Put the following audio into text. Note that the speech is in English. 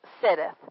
sitteth